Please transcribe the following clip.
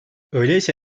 öyleyse